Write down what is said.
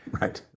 Right